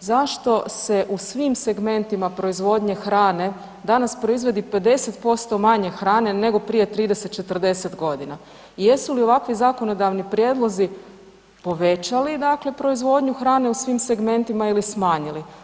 zašto se u svim segmentima proizvodnje hrane danas proizvodi 50% manje hrane nego prije 30-40 godina i jesu li ovakvi zakonodavni povećali dakle proizvodnju hrane u svim segmentnima ili smanjili?